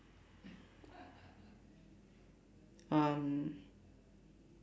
um